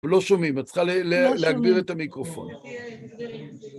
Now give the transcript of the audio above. לא שומעים, את צריכה להגביר את המיקרופון.